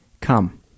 Come